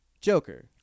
Joker